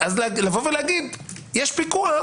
לומר שיש פיקוח